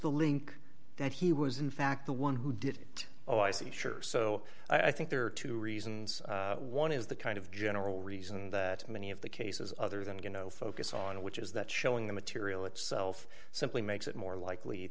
the link that he was in fact the one who did it oh i see sure so i think there are two reasons one is the kind of general reason that many of the cases other than going to focus on which is that showing the material itself simply makes it more likely